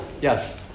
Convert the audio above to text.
Yes